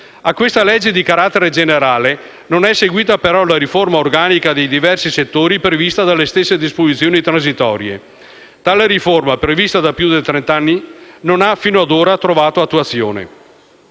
A questa legge di carattere generale non è seguita però la riforma organica dei diversi settori prevista dalle stesse disposizioni transitorie. Tale riforma, prevista da più di trent'anni, non ha fino a oggi ancora trovato attuazione.